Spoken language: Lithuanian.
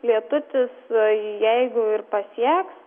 lietutis jeigu ir pasieks